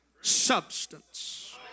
substance